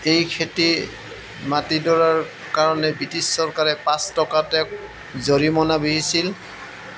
এই খেতি মাটিডৰাৰ কাৰণে ব্ৰিটিছ চৰকাৰে পাঁচ টকা তেওঁক জৰিমনা বিহিছিল